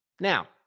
Now